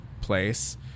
place